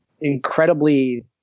incredibly